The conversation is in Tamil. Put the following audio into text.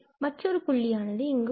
மற்றொரு புள்ளியானது இங்கு உள்ளது